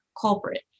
culprit